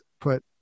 put